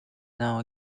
now